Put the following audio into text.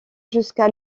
jusqu’à